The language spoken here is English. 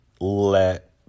Let